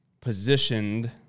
positioned